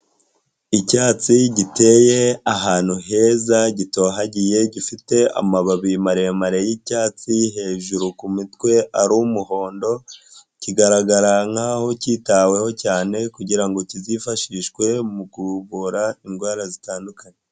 Icyatsi giteye ahantu heza gitohagiye gifite amababi maremare y'icyatsi, hejuru ku mutwe ari umuhondo kigaragara nk'aho cyitaweho cyane kugirango kizifashishwe mu kugogora indwara zitandukanye.